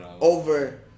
Over